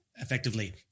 effectively